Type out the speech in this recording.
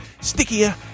stickier